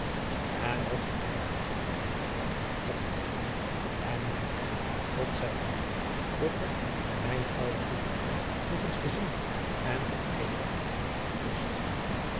n nog den eigen dag ejuffrouw had ik dat verlof en nu heb ik od zij geloofd door hem mijne ouwe goeije moeder nog eens gezien en voor eeuwig genacht gekust